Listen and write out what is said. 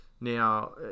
Now